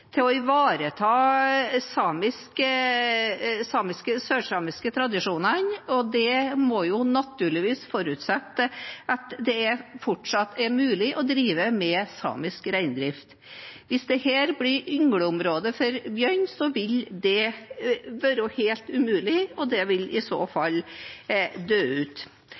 til å ivareta de sør-samiske tradisjonene. Det må naturligvis forutsette at det fortsatt er mulig å drive med samisk reindrift. Hvis dette blir yngleområde for bjørn, vil det være helt umulig, og det vil i så fall dø ut.